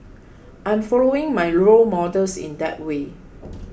I am following my role models in that way